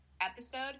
episode